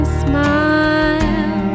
smile